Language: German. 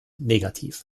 negativ